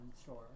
store